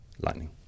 lightning